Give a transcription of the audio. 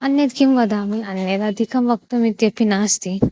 अन्यत् किं वदामि अन्यद् अधिकं वक्तुम् इत्यपि नास्ति